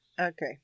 Okay